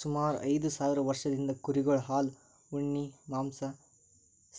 ಸುಮಾರ್ ಐದ್ ಸಾವಿರ್ ವರ್ಷದಿಂದ್ ಕುರಿಗೊಳ್ ಹಾಲ್ ಉಣ್ಣಿ ಮಾಂಸಾ